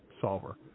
solver